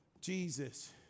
Jesus